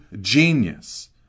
genius